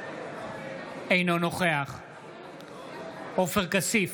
אינו נוכח עופר כסיף,